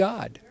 God